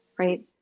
Right